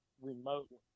remotely